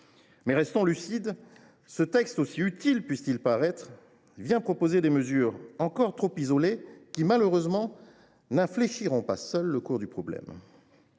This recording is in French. Mais restons lucides : ce texte, aussi utile puisse t il paraître, contient des mesures encore trop isolées qui, malheureusement, n’infléchiront pas seules le cours des choses.